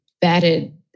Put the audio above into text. batted